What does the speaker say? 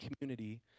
community